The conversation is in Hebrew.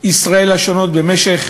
ישראל השונות במשך